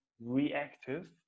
reactive